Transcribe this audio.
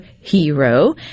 hero